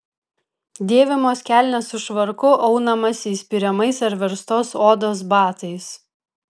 dėvimos kelnės su švarku aunamasi įspiriamais ar verstos odos batais